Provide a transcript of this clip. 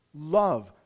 love